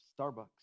Starbucks